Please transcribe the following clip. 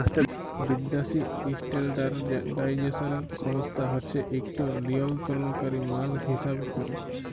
বিদ্যাসি ইস্ট্যাল্ডার্ডাইজেশল সংস্থা হছে ইকট লিয়লত্রলকারি মাল হিঁসাব ক্যরে